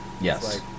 yes